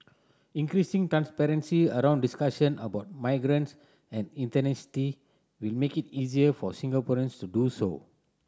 increasing transparency around discussion about migrants and ethnicity will make it easier for Singaporeans to do so